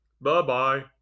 Bye-bye